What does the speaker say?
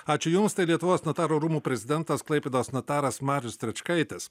ačiū jums tai lietuvos notarų rūmų prezidentas klaipėdos notaras marius stračkaitis